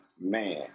man